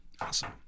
Awesome